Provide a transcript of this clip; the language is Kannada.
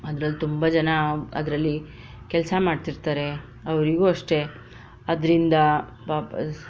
ಅದ್ರಲ್ಲಿ ತುಂಬ ಜನ ಅದರಲ್ಲಿ ಕೆಲಸ ಮಾಡ್ತಿರ್ತಾರೆ ಅವರಿಗೂ ಅಷ್ಟೆ ಅದರಿಂದ ಪಾಪ